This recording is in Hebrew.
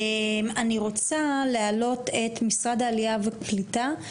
אני רוצה להעלות את משרד העלייה והקליטה,